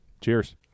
Cheers